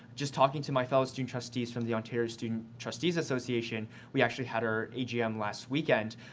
just talking to my fellow student trustees from the ontario student trustees association, we actually had our agm last weekend,